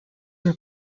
were